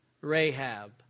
Rahab